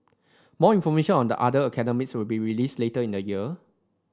more information on the other academies will be released later in the year